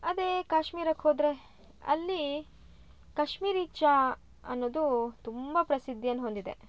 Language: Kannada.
ಅದೇ ಕಾಶ್ಮೀರಕ್ಕೆ ಹೋದರೆ ಅಲ್ಲಿ ಕಶ್ಮೀರಿ ಚಾ ಅನ್ನೋದು ತುಂಬ ಪ್ರಸಿದ್ದಿಯನ್ನು ಹೊಂದಿದೆ